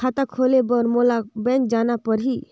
खाता खोले बर मोला बैंक जाना परही?